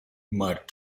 mud